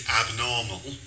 abnormal